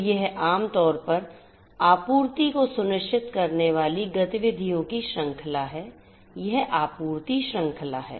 तो यह आम तौर पर आपूर्ति को सुनिश्चित करने वाली गतिविधियों की श्रृंखला है यह आपूर्ति श्रृंखला है